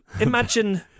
imagine